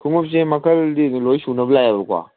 ꯈꯨꯃꯨꯛꯁꯦ ꯃꯈꯜꯗꯤ ꯑꯗꯨꯝ ꯂꯣꯏ ꯁꯨꯅꯕ ꯂꯥꯛꯑꯦꯕꯀꯣ